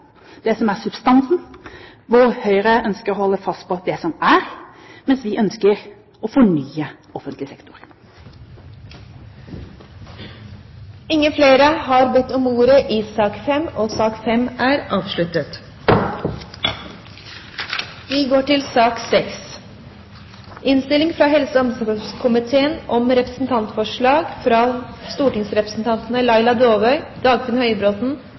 det som er substansen, hvor Høyre ønsker å holde fast på det som er, mens vi ønsker å fornye offentlig sektor. Flere har ikke bedt om ordet til sak nr. 5. Etter ønske fra helse- og omsorgskomiteen vil presidenten foreslå at taletiden blir begrenset til